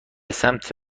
سمت